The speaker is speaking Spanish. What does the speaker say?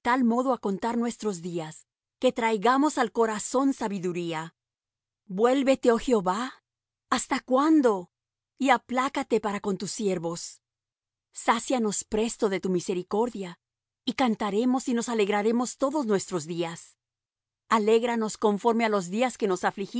tal modo á contar nuestros días que traigamos al corazón sabiduría vuélvete oh jehová hasta cuándo y aplácate para con tus siervos sácianos presto de tu misericordia y cantaremos y nos alegraremos todos nuestros días alégranos conforme á los días que nos afligiste